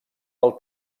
del